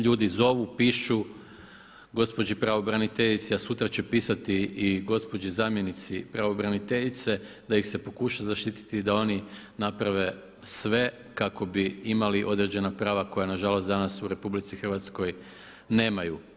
Ljudi zovu, pišu, gospođi pravobraniteljici a sutra će pisati i gospođi zamjenici pravobraniteljice da ih se pokuša zaštiti da oni naprave sve kako bi imali određena prava koja nažalost danas u RH nemaju.